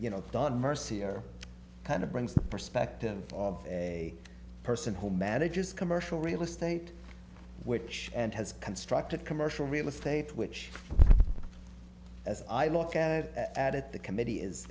you know don mercier kind of brings the perspective of a person who manages commercial real estate which and has constructed commercial real estate which as i look at at the committee is